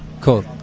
Cool